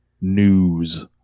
news